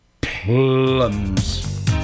Plums